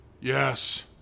yes